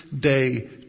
day